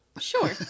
Sure